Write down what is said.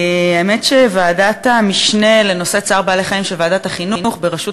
האמת שוועדת המשנה לנושא צער בעלי-חיים של ועדת החינוך בראשות